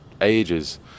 ages